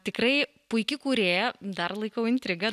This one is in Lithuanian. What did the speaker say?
tikrai puiki kūrėja dar laikau intrigą